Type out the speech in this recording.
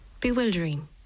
bewildering